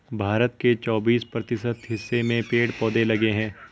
भारत के चौबिस प्रतिशत हिस्से में पेड़ पौधे लगे हैं